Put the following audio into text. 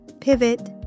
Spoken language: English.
pivot